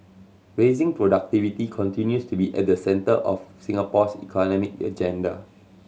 raising productivity continues to be at the centre of Singapore's economic agenda